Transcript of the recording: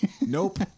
Nope